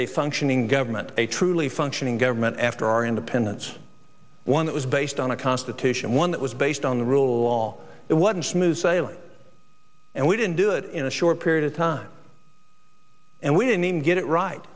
a functioning government a truly functioning government after our independence one that was based on a constitution one that was based on the rule all it wasn't smooth sailing and we didn't do it in a short period of time and we didn't get it right